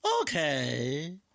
Okay